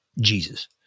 Jesus